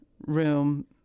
room